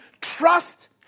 trust